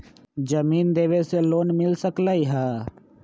जमीन देवे से लोन मिल सकलइ ह?